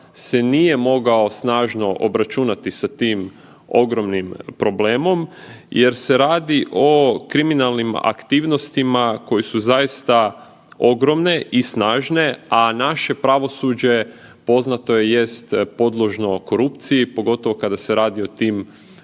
se nije mogao snažno obračunati sa tim ogromnim problemom jer se radi o kriminalnim aktivnostima koje su zaista ogromne i snažne, a naše pravosuđe poznato jest podložno korupciji, pogotovo kada se radi o tim krupnim